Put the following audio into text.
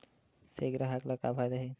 से ग्राहक ला का फ़ायदा हे?